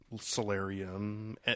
solarium